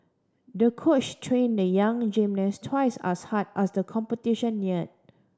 the coach trained the young gymnast twice as hard as the competition neared